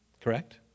Correct